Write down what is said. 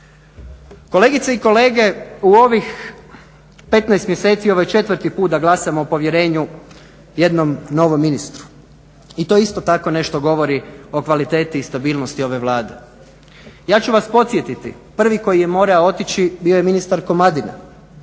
Kolegice i kolege u ovih 15 mjeseci ovo je 4.put da glasamo o povjerenju jednom novom ministru i to isto tako nešto govori o kvaliteti i stabilnosti ove Vlade. Ja ću vas podsjetiti prvi koje je morao otići bio je ministar Komadina.